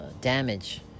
damage